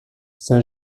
saint